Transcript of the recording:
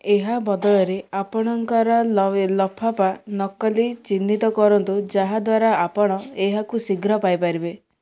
ଏହା ବଦଳରେ ଆପଣଙ୍କ ଲଫାପା ନକଲି ଚିହ୍ନିତ କରନ୍ତୁ ଯାହା ଦ୍ୱାରା ଆପଣ ଏହାକୁ ଶୀଘ୍ର ପାଇପାରିବେ